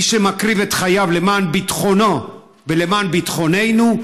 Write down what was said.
מי שמקריב את חייו למען ביטחונו ולמען ביטחוננו,